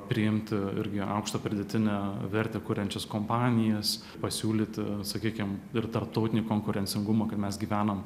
priimti irgi aukštą pridėtinę vertę kuriančias kompanijas pasiūlyti sakykim ir tarptautinį konkurencingumą kad mes gyvenam